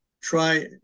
try